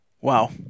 Wow